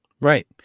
Right